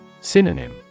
Synonym